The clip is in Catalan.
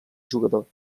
jugador